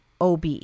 ob